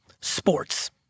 sports